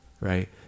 right